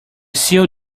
sewed